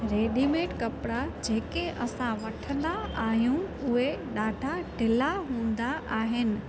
readymade कपिड़ा जेके असां वठंदा आहियूं उहे ॾाढा ढिला हूंदा आहिनि